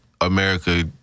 America